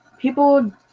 people